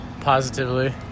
Positively